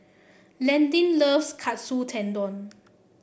Landyn loves Katsu Tendon